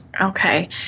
Okay